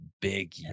Big